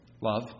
love